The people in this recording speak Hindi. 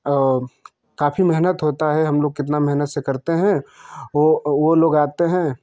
और काफ़ी मेहनत होता है हम लोग कितना मेहनत से करते हैं वह वह लोग आते हैं